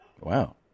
Wow